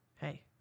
hey